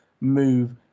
move